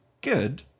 good